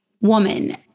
woman